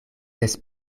des